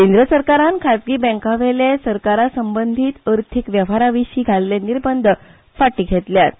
केंद्र सरकारान खाजगी बँकां वयले सरकार संबंदीत अर्थीक वेव्हारा विशीं घाल्लें निर्बंध फाटीं घेतल्यात